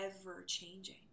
ever-changing